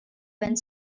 went